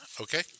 okay